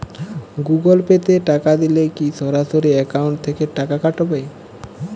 Google Pay তে টাকা দিলে কি সরাসরি অ্যাকাউন্ট থেকে টাকা কাটাবে?